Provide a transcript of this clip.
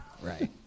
Right